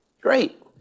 great